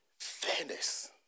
Fairness